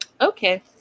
Okay